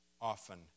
often